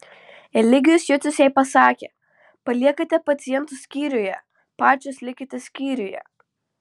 eligijus jucius jai pasakė paliekate pacientus skyriuje pačios likite skyriuje